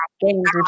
games